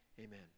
amen